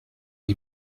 die